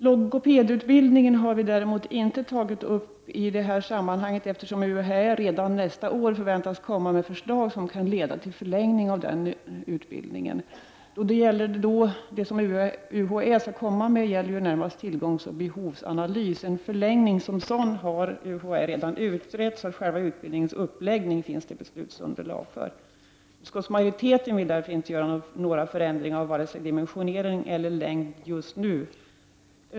Logopedutbildningen har vi däremot inte tagit upp i detta sammanhang, eftersom UHÄ redan nästa år förväntas komma med förslag som kan leda till förlängning av denna utbildning. Det gäller då närmast en tillgångsoch behovsanalys. En förlängning som sådan har UHÄ redan utrett, så för själva utbildningens uppläggning finns det ett beslutsunderlag. Utskottsmajoriteten vill därför inte göra några förändringar av vare sig dimensionering eller längd just nu.